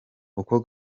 uko